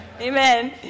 Amen